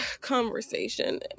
conversation